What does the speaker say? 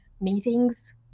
meetings